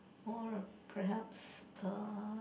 or perhaps uh